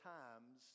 times